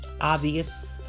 obvious